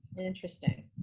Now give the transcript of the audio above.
Interesting